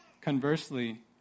Conversely